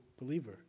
believer